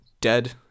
dead